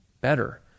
better